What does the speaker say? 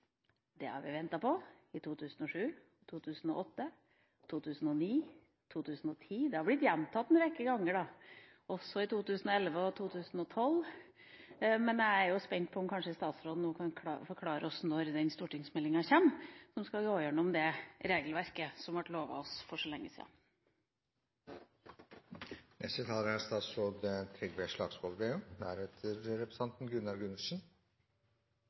Det har vi ventet på i 2007, i 2008, i 2009, i 2010 – det har blitt gjentatt en rekke ganger – også i 2011 og i 2012. Jeg er spent på om statsråden kanskje nå kan forklare oss når den stortingsmeldinga som skal gjennomgå det regelverket, og som ble lovet oss for så lenge